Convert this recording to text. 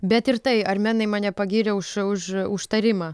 bet ir tai armėnai mane pagyrė už už už tarimą